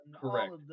Correct